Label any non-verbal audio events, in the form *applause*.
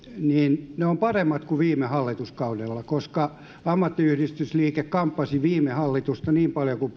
niin ne ovat paremmat kuin viime hallituskaudella koska ammattiyhdistysliike kamppasi viime hallitusta niin paljon kuin *unintelligible*